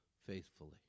faithfully